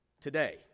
today